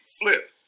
flip